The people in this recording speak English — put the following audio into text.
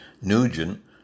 Nugent